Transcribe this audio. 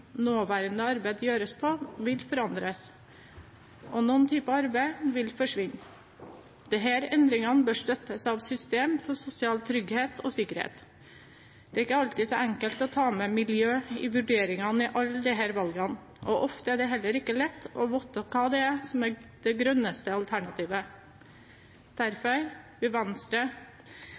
nåværende arbeid gjøres på, vil forandres, og noen typer arbeid vil forsvinne. Disse endringene bør støttes av et system for sosial trygghet og sikkerhet. Det er ikke alltid så enkelt å ta med miljø i vurderingen i alle disse valgene, og ofte er det heller ikke lett å vite hva som er det grønneste alternativet.